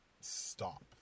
stop